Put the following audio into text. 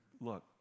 look